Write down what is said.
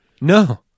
No